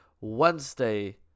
Wednesday